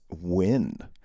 wind